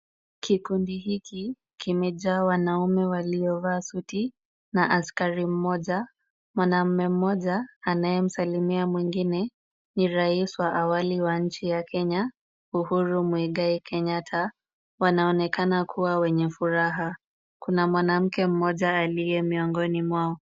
Kikundi hiki kimejaa wanaume waliovaa suti na askari mmoja. Mwanaume mmoja anayemsalimia mwingine ni rais wa awali wa nchi ya Kenya Uhuru Muigai Kenyatta. Wanaonekana kuwa wenye furaha. Kuna mwanamke mmoja aliye miongoni mwao.